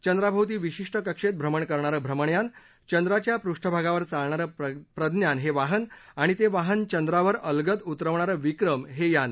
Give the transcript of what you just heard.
चंद्राभोवती विशिष्ट कक्षेत भ्रमण करणारं भ्रमणयान चंद्राच्या पृष्ठभागावर चालणारं प्रज्ञान हे वाहन आणि ते वाहन चंद्रावर अलगद उतरवणारं विक्रम हे यान